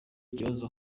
ikibazo